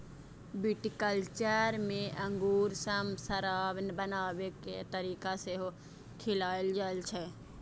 viticulture मे अंगूर सं शराब बनाबै के तरीका सेहो सिखाएल जाइ छै